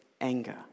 anger